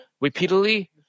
repeatedly